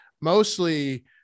mostly